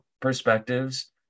perspectives